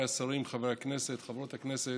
חבריי השרים, חברי הכנסת, חברות הכנסת,